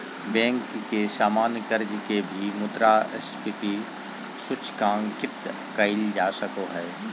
bank के सामान्य कर्ज के भी मुद्रास्फीति सूचकांकित कइल जा सको हइ